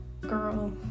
Girl